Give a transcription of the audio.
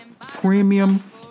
premium